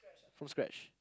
from scratch